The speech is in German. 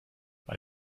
bei